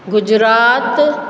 Gujarat